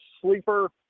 sleeper